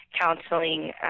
counseling